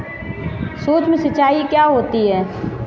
सुक्ष्म सिंचाई क्या होती है?